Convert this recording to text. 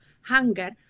hunger